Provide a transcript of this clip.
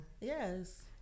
Yes